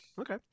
Okay